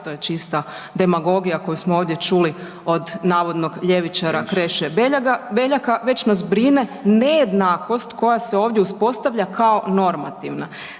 to je čista demagogija koju smo ovdje čuli od navodnog ljevičara Kreše Beljaka već nas brine nejednakost koja se ovdje uspostavlja kao normativna,